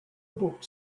book